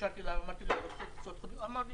התקשרתי וביקשתי שיוציא טיסות ואמר: